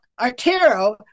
Artero